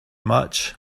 much